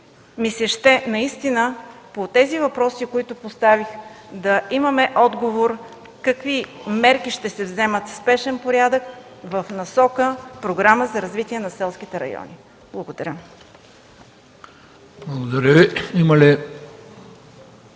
ми се иска по въпросите, които поставих, да имаме отговор какви мерки ще се вземат в спешен порядък в насока Програмата за развитие на селските райони. Благодаря.